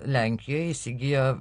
lenkijoj įsigijo